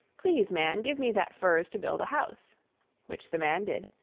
please, man, give me that furze to build a house which the man did,